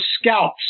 scalps